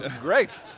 Great